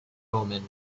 omen